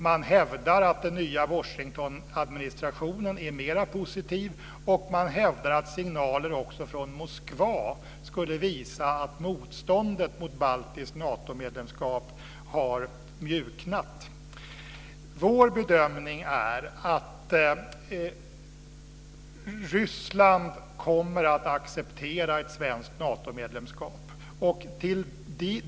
Man hävdar att den nya Washingtonadministrationen är mera positiv, och man hävdar att signaler från Moskva skulle visa att motståndet mot baltiskt Natomedlemskap har mjuknat. Vår bedömning är att Ryssland kommer att acceptera ett svenskt Natomedlemskap.